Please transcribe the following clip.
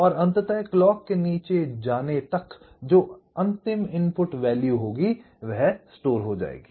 और अंततः क्लॉक के नीचे जाने तक जो अंतिम इनपुट वैल्यू होगी वो संग्रहित हो जाएगी